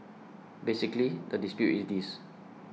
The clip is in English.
basically the dispute is this